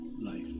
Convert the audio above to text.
life